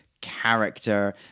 character